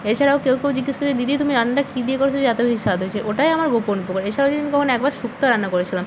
এছাড়াও কেউ কেউ জিজ্ঞাসা করে যে দিদি তুমি রান্নাটা কী দিয়ে করেছ যে এত বেশি স্বাদ হয়েছে ওটাই আমার গোপন উপকরণ এছাড়াও আমি কখনও একবার শুক্তো রান্না করেছিলাম